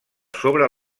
sobre